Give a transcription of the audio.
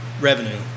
revenue